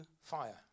fire